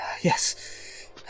Yes